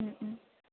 Om Om